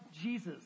Jesus